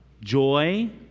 joy